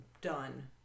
done